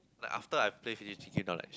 like after I play finish checking then I'm like